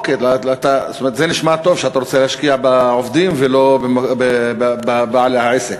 זה נשמע טוב שאתה רוצה להשקיע בעובדים ולא בבעל העסק,